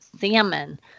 salmon